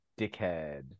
dickhead